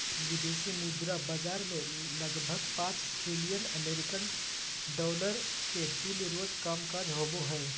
विदेशी मुद्रा बाजार मे लगभग पांच ट्रिलियन अमेरिकी डॉलर के तुल्य रोज कामकाज होवो हय